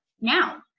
now